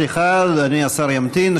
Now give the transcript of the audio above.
סליחה, אדוני השר ימתין.